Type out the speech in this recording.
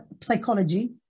psychology